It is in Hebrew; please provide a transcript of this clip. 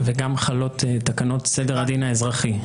גם חלות תקנות סדר הדין האזרחי.